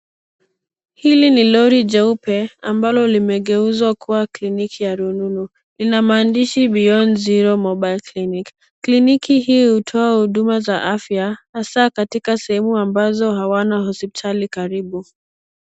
Hili ni lori jeupe ambalo limegeuzwa kuwa kliniki ya rununu. Lina maandishi Beyond Zero mobile clinic . Kliniki hii hutoa huduma za afya hasaa katika sehemu ambazo hawana hosipitali karibu.